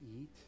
eat